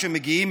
כשהם מגיעים,